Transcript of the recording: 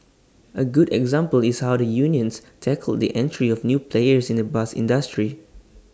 A good example is how the unions tackled the entry of new players in the bus industry